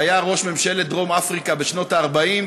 שהיה ראש ממשלת דרום אפריקה בשנות ה-40,